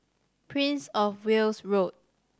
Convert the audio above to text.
Prince Of Wales Road